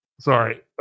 sorry